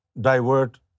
divert